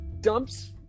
dumps